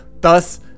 thus